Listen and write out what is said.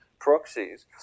proxies